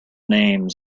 names